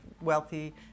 wealthy